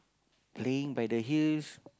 playing by the hills